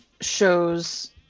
shows